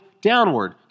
downward